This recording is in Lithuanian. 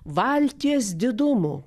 valties didumo